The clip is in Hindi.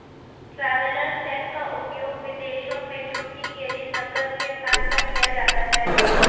ट्रैवेलर्स चेक का उपयोग विदेशों में छुट्टी के दिन नकद के स्थान पर किया जाता है